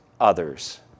others